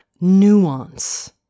nuance